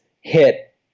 hit